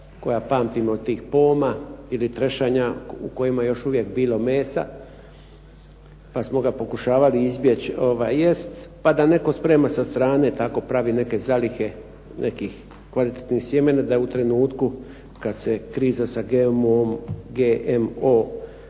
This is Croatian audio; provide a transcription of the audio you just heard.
koja pamtim od tih poma, ili trešanja, u kojima je još uvijek bilo mesa, pa smo ga pokušavali izbjeći jesti, pa da netko sprema sa strane, tako pravi neke zalihe nekih kvalitetnih sjemena, pa da u trenutku kad se kriza sa GMO-om